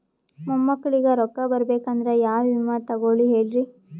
ಮೊಮ್ಮಕ್ಕಳಿಗ ರೊಕ್ಕ ಬರಬೇಕಂದ್ರ ಯಾ ವಿಮಾ ತೊಗೊಳಿ ಹೇಳ್ರಿ?